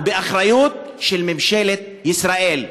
ובאחריות של ממשלת ישראל,